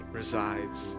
resides